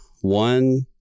one